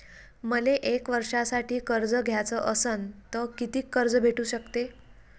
मले एक वर्षासाठी कर्ज घ्याचं असनं त कितीक कर्ज भेटू शकते?